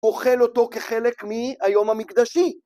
אוכל אותו כחלק מהיום המקדשי.